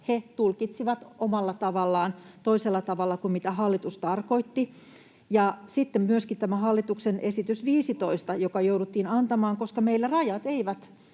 he tulkitsivat omalla tavallaan, toisella tavalla kuin mitä hallitus tarkoitti. Myöskin tämä hallituksen esitys 15 jouduttiin antamaan, koska meillä rajat —